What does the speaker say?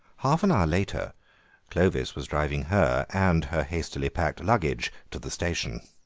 half an hour later clovis was driving her and her hastily-packed luggage to the station.